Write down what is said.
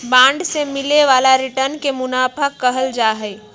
bond से मिले वाला रिटर्न के मुनाफा कहल जाहई